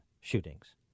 shootings